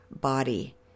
body